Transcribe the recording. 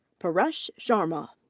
paresh sharma.